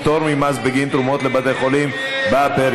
פטור ממס בגין תרומות לבתי חולים בפריפריה).